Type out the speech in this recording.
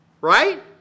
Right